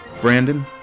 Brandon